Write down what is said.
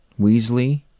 Weasley